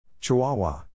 Chihuahua